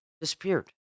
disappeared